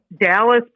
Dallas